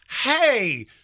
hey